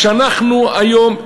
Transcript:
כשאנחנו היום,